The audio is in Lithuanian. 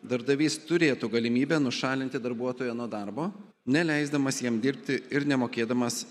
darbdavys turėtų galimybę nušalinti darbuotoją nuo darbo neleisdamas jam dirbti ir nemokėdamas